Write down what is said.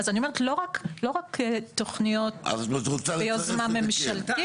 אז אני אומרת לא רק תוכניות ביוזמה ממשלתית,